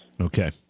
Okay